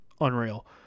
Unreal